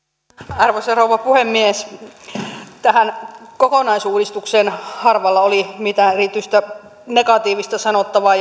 arvoisa rouva puhemies tähän kokonaisuudistukseen harvalla oli mitään erityistä negatiivista sanottavaa